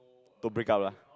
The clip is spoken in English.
don't break up lah